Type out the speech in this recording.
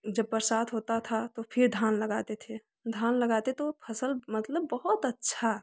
जब बरसात होता था फिर धान लगाते थे धान लगाते तो फसल मतलब बहुत अच्छा